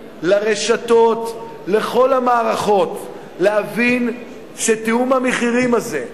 לרשתות, לכל המערכות, להבין שתיאום המחירים הזה,